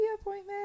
appointment